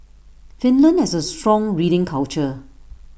Finland has A strong reading culture